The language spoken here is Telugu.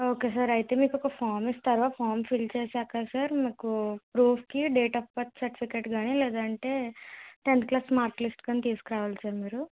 ఓకే సార్ అయితే మీకు ఒక ఫామ్ ఇస్తారు ఆ ఫామ్ ఫిల్ చేశాక సార్ మీకు ప్రూఫ్కి డేట్ అఫ్ బర్త్ సర్టిఫికెట్ కానీ లేదంటే టెన్త్ క్లాస్ మార్క్లిస్ట్ కానీ తీసుకురావాలి సార్ మీరు